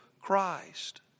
Christ